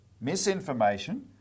Misinformation